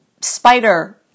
spider